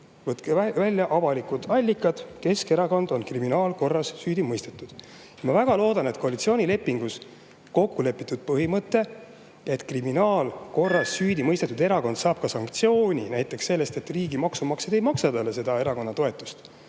Võtke välja avalikud allikad, Keskerakond on kriminaalkorras süüdi mõistetud. Ma väga loodan, et koalitsioonilepingus kokkulepitud põhimõte, et kriminaalkorras süüdi mõistetud erakond saab sanktsiooni, näiteks selle, et riigi maksumaksjad ei maksa talle erakonna toetust,